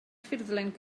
ffurflen